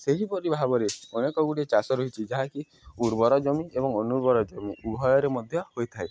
ସେହିପରି ଭାବରେ ଅନେକ ଗୁଡ଼ିଏ ଚାଷ ରହିଛି ଯାହାକି ଉର୍ବର ଜମି ଏବଂ ଅନୁର୍ବର ଜମି ଉଭୟରେ ମଧ୍ୟ ହୋଇଥାଏ